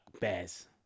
bears